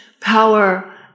power